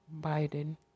Biden